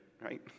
right